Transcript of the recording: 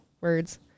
words